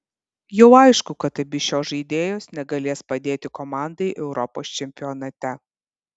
jau aišku kad abi šios žaidėjos negalės padėti komandai europos čempionate